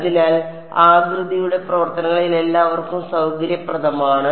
അതിനാൽ ആകൃതിയുടെ പ്രവർത്തനങ്ങളിൽ എല്ലാവർക്കും സൌകര്യപ്രദമാണ്